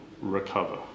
recover